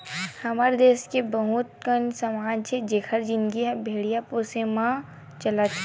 हमर देस के बहुत कन समाज हे जिखर जिनगी ह भेड़िया पोसई म चलत हे